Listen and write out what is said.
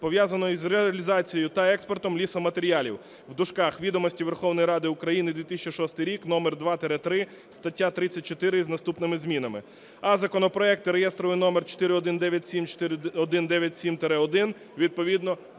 пов'язаної з реалізацією та експортом лісоматеріалів" ("Відомості Верховної Ради України", 2006 рік, №2-3, стаття 34 із наступними змінами). А законопроекти реєстровий номер 4197, 4197-1 відповідно